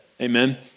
Amen